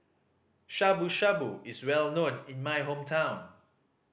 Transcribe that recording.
Shabu Shabu is well known in my hometown